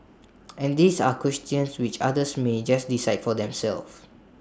and these are questions which others may just decide for themselves